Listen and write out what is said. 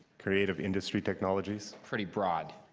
creative industry technologies. pretty broad.